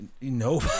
No